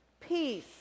peace